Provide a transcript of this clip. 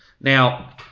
now